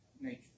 nature